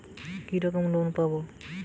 আমি একটি মুদির দোকান করার জন্য কি রকম লোন পাব?